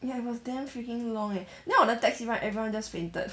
ya it was damn freaking long eh then on the taxi ride everyone just fainted